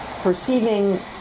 perceiving